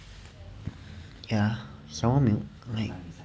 ya sour milk